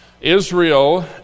Israel